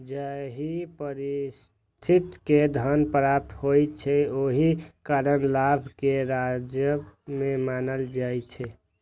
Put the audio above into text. जाहि परिस्थिति मे धन प्राप्त होइ छै, ओहि कारण लाभ कें राजस्व नै मानल जाइ छै